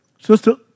Sister